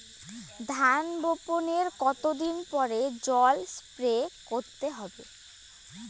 ধান বপনের কতদিন পরে জল স্প্রে করতে হবে?